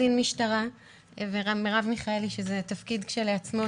קצין משטרה ומרב מיכאלי שזה תפקיד כשלעצמו,